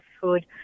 food